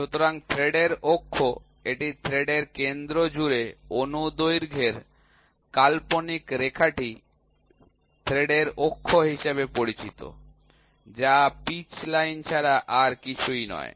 সুতরাং থ্রেডের অক্ষ এটি থ্রেডের কেন্দ্র জুড়ে অনুদৈর্ঘ্যের কাল্পনিক রেখাটি থ্রেডের অক্ষ হিসাবে পরিচিত যা পিচ লাইন ছাড়া আর কিছুই নয়